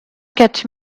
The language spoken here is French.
quatre